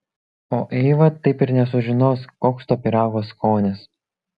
o eiva taip ir nesužinos koks to pyrago skonis